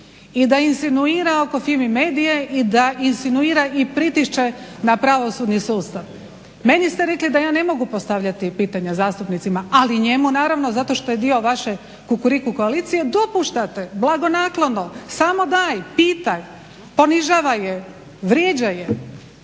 i da insinuira oko FIMI Medije i da insinuira i pritišće na pravosudni sustav. Meni ste rekli da ja ne mogu postavljati pitanja zastupnicima, ali njemu naravno zato što je dio vaše Kukuriku koalicije dopuštate blagonaklono samo daj pitaj, ponižavaj je, vrijeđaj je.